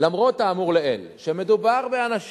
למרות האמור לעיל, שמדובר באנשים